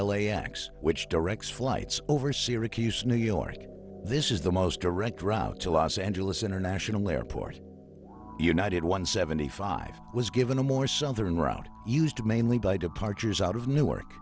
l a x which directs flights over syracuse new york this is the most direct route to los angeles international airport united one seventy five was given a more southern route used mainly by departures out of newark